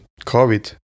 COVID